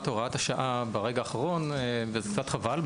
הוראת השעה ברגע האחרון וזה קצת חבל,